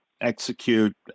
execute